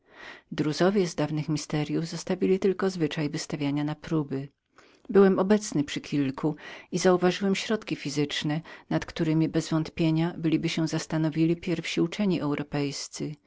daryci z dawnych tajemnic zostawili tylko zwyczaj wystawiania na próby byłem obecnym przy kilku i zauważałem środki fizyczne nad któremi bezwątpienia byliby się zastanowili pierwsi uczeni